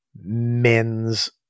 men's